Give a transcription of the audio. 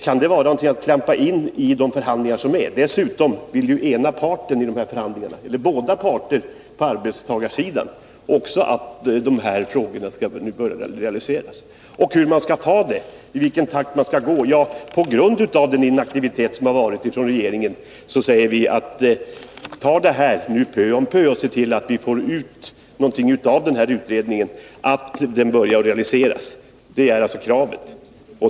Kan det vara att klampa in i de förhandlingar som förs? Dessutom vill båda parterna på arbetstagarsidan också att dessa förslag skall börja realiseras. När det gäller frågan, i vilken takt man skall gå fram, säger vi på grund av den inaktivitet som visats av regeringen: Se till att vi får ut någonting av utredningen och börja realisera dess förslag pö om pö! Det är alltså kravet.